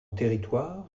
territoire